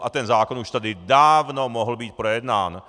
A ten zákon už tady dávno mohl být projednán.